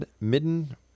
midden